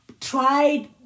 tried